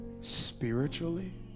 spiritually